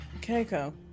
Keiko